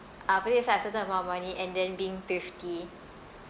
uh putting aside a certain amount of money and then being thrifty